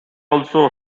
also